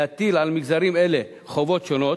להטיל על מגזרים אלה חובות שונות.